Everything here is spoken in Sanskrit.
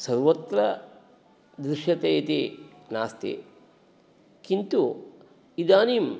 सर्वत्र दृश्यते इति नास्ति किन्तु इदानीं